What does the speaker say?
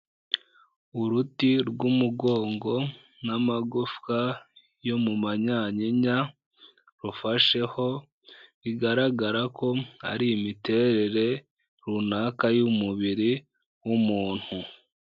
Uruti rw'umugongo n'amagufwa yo mu manyanyinya, rufasheho, bigaragara ko ari imiterere runaka y'umubiri w'umuntu.